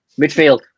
midfield